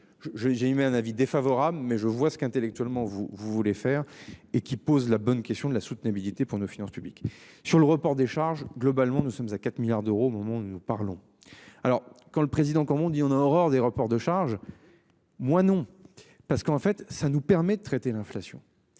j'ai émis un avis défavorable mais je vois ce qu'intellectuellement vous vous voulez faire et qui pose la bonne question de la soutenabilité pour nos finances publiques sur le report des charges. Globalement, nous sommes à 4 milliards d'euros au moment où nous parlons. Alors quand le président comme on dit, on a horreur des reports de charges. Moi non, parce qu'en fait ça nous permet de traiter l'inflation